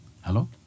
Hello